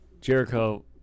Jericho